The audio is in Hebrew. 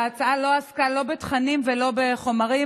ההצעה לא עסקה לא בתכנים ולא בחומרים,